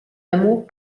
amour